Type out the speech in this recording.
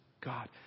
God